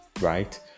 right